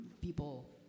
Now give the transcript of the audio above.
people